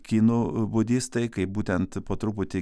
kinų budistai kai būtent po truputį